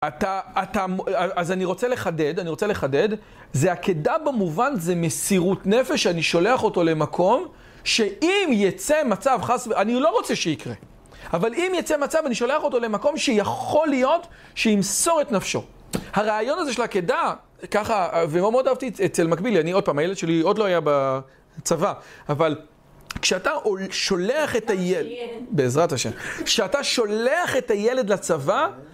אתה... אתה... מ... אה... אז אני רוצה לחדד. אני רוצה לחדד. זה עקידה במובן... זה מסירות נפש. אני שולח אותו למקום, שאם יצא מצב חס ו... אני לא רוצה שיקרה. אבל אם יצא מצב, אני שולח אותה למקום, שיכול להיות, שימסור את נפשו. הרעיון הזה של עקידה, ככה, ומאוד אהבתי את... אצל מקבילי. אני עוד פעם, הילד שלי עוד לא היה בצבא. אבל כשאתה שולח את הילד... בעזרת השם, כשאתה שולח את הילד לצבא...